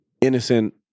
innocent